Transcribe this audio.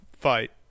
fight